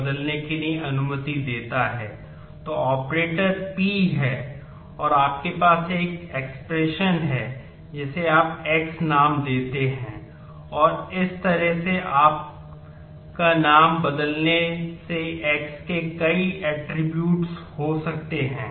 rename operation हो सकते हैं